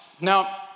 Now